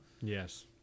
Yes